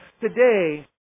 today